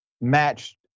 matched